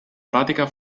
pratica